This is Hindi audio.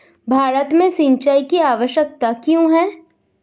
भारत में सिंचाई की आवश्यकता क्यों है?